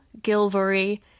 Gilvery